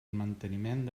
manteniment